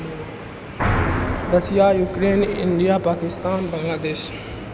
Russia Ukraine India Pakistan Bangladesh